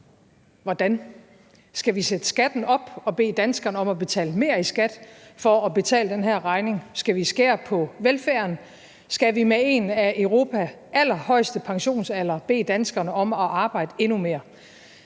Hvordan? Skal vi sætte skatten op og bede danskerne om at betale mere i skat for at betale den her regning? Skal vi skære på velfærden? Skal vi med en af Europas allerhøjeste pensionsaldre bede danskerne om at arbejde endnu mere?